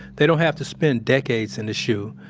they don't have to spend decades in the shu.